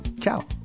Ciao